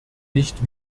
nicht